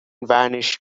vanished